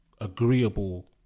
agreeable